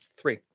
three